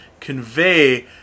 convey